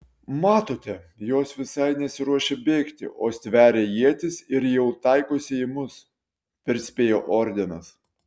matote jos visai nesiruošia bėgti o stveria ietis ir jau taikosi į mus perspėjo ordinas